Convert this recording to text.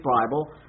Bible